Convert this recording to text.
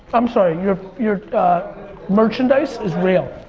i'm sorry, your your merchandise is real.